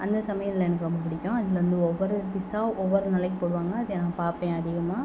அந்த சமையல் எனக்கு ரொம்ப பிடிக்கும் அதில் வந்து ஒவ்வொரு டிஸ்ஸாக ஒவ்வொரு நாளைக்கு போடுவாங்க அதை நான் பார்ப்பேன் அதிகமாக